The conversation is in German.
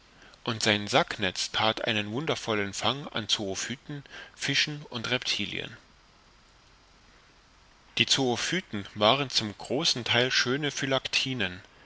und sein sacknetz that einen wundervollen fang an zoophyten fischen und reptilien die zoophyten waren zum großen theil schöne